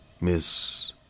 Miss